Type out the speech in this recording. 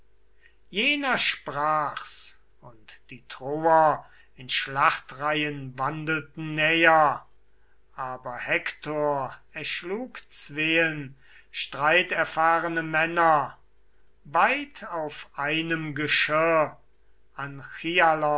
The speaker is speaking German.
jener sprach's und die troer in schlachtreihn wandelten näher aber hektor erschlug zween streiterfahrene männer beid auf einem geschirr anchialos